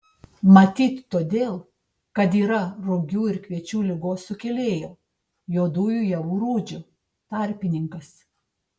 matyt todėl kad yra rugių ir kviečių ligos sukėlėjo juodųjų javų rūdžių tarpininkas